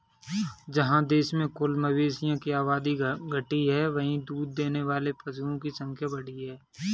जहाँ देश में कुल मवेशियों की आबादी घटी है, वहीं दूध देने वाले पशुओं की संख्या बढ़ी है